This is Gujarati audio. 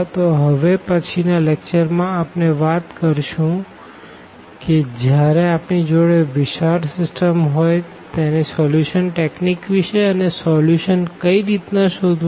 તો હવે પછી ના લેકચર માં આપણે વાત કરશું ક જયારે આપણી જોડે વિશાળ સીસ્ટમ હોઈ તેની સોલ્યુશન ટેકનીક વિષે અને સોલ્યુશન કઈ રીતના શોધવું